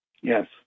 Yes